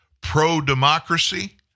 Pro-democracy